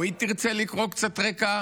או שהיא תרצה לקרוא קצת רקע,